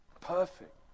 perfect